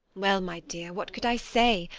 well, my dear, what could i say?